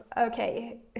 okay